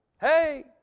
hey